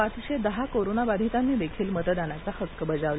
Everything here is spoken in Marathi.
पाचशेदहा कोरोनाबाधितांनी देखील मतदानाचा हक्क बजावला